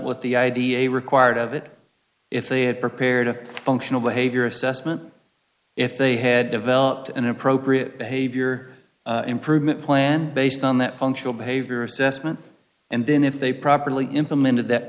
with the idea a required of it if they had prepared a functional behavior assessment if they had developed an appropriate behavior improvement plan based on that functional behavior assessment and then if they properly implemented that